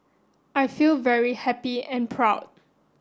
I feel very happy and proud